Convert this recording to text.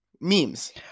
Memes